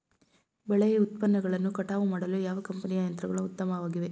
ಬೆಳೆ ಉತ್ಪನ್ನಗಳನ್ನು ಕಟಾವು ಮಾಡಲು ಯಾವ ಕಂಪನಿಯ ಯಂತ್ರಗಳು ಉತ್ತಮವಾಗಿವೆ?